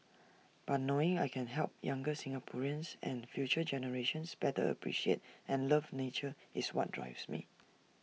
but knowing I can help younger Singaporeans and future generations better appreciate and love nature is what drives me